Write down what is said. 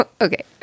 okay